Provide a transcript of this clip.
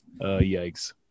Yikes